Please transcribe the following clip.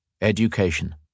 EDUCATION